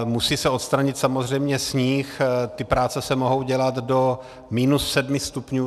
Musí se odstranit samozřejmě sníh, ty práce se mohou dělat do minus 7 stupňů.